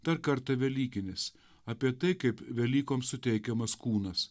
dar kartą velykinis apie tai kaip velykoms suteikiamas kūnas